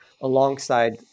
alongside